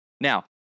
Now